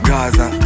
Gaza